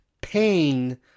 pain